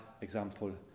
example